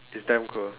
it's damn cool